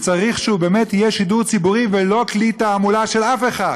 וצריך שהוא באמת יהיה שידור ציבורי ולא כלי תעמולה של אף אחד.